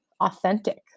authentic